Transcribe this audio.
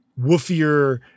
woofier